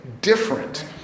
different